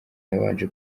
yabanje